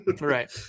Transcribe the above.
Right